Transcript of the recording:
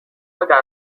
دستگاه